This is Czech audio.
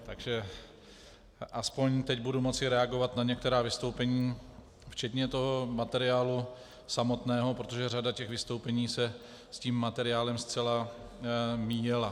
Takže aspoň teď budu moci reagovat na některá vystoupení včetně toho materiálu samotného, protože řada vystoupení se s tím materiálem zcela míjela.